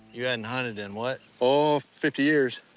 you haven't hunted in, what? oh, fifty years.